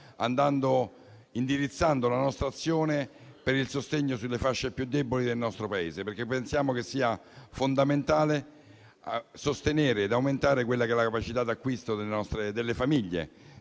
decisa, indirizzando la nostra azione sul sostegno alle fasce più deboli del nostro Paese perché pensiamo che sia fondamentale sostenere ed aumentare la capacità di acquisto delle famiglie,